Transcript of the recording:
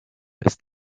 ist